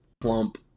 plump